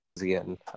again